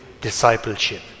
discipleship